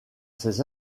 ses